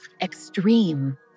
extreme